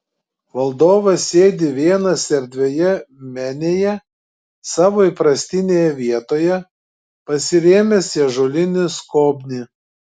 valdovas sėdi vienas erdvioje menėje savo įprastinėje vietoje pasirėmęs į ąžuolinį skobnį